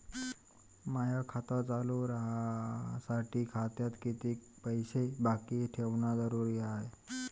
माय खातं चालू राहासाठी खात्यात कितीक पैसे बाकी ठेवणं जरुरीच हाय?